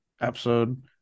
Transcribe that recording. episode